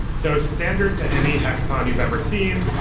so standard to any hackathon you've ever seen,